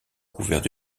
couverts